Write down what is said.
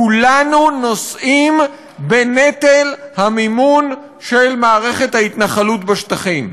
כולנו נושאים בנטל המימון של מערכת ההתנחלות בשטחים.